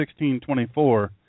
16.24